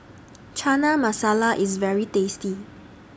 Chana Masala IS very tasty